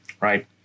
right